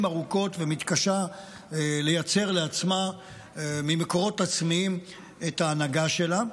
ארוכות ומתקשה לייצר לעצמה ממקורות עצמיים את ההנהגה שלה.